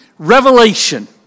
Revelation